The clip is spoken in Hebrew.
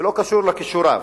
ולא קשור לכישוריו.